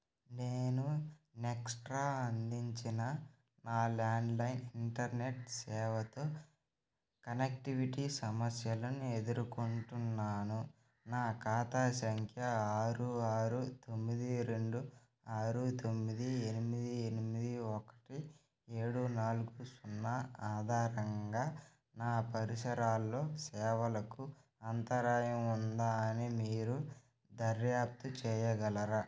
నేను ఎక్స్ట్రా అందించిన నా ల్యాండ్లైన్ ఇంటర్నెట్ సేవతో కనెక్టివిటీ సమస్యలను ఎదుర్కొంటున్నాను నా ఖాతా సంఖ్య ఆరు ఆరు తొమ్మిది రెండు ఆరు తొమ్మిది ఎనిమిది ఎనిమిది ఒకటి ఏడు నాలుగు సున్నా ఆధారంగా నా పరిసరాల్లో సేవలకు అంతరాయం ఉందా అని మీరు దర్యాప్తు చేయగలరా